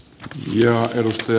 arvoisa puhemies